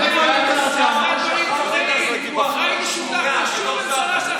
איפה החברים שלך?